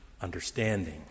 understanding